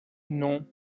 non